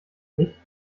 mich